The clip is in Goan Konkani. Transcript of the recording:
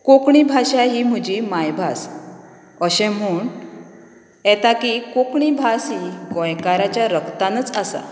कोंकणी भाशा ही म्हजी मांयभास अशें म्हूण येता की कोंकणी भास ही गोंयकाराच्या रगतानच आसा